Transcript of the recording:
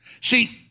See